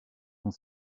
sont